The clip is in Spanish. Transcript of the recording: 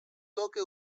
toque